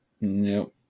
No